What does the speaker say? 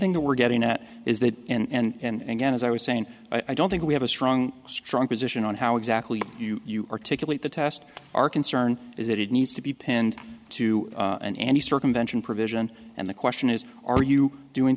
thing that we're getting at is that and again as i was saying i don't think we have a strong strong position on how exactly you articulate the test our concern is that it needs to be pinned to an anti circumvention provision and the question is are you doing